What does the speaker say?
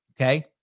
okay